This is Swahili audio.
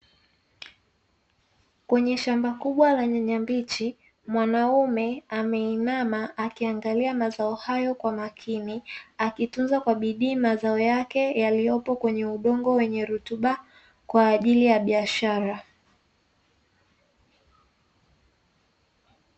Kwenye shamba kubwa la nyanya mbichi, mwanaume ameinama akiangalia mazao hayo kwa makini akitunza kwa bidii mazao yake yaliyopo kwenye udongo wenye rutuba, kwa ajili ya biashara.